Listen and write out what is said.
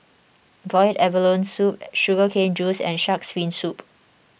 Boiled Abalone Soup Sugar Cane Juice and Shark's Fin Soup